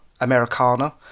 Americana